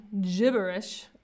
gibberish